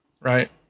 right